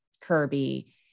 Kirby